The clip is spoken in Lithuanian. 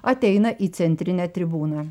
ateina į centrinę tribūną